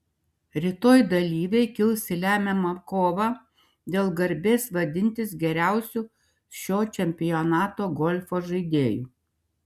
rytoj dalyviai kils į lemiamą kovą dėl garbės vadintis geriausiu šio čempionato golfo žaidėju